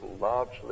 largely